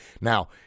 Now